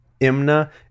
Imna